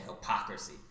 hypocrisy